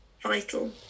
vital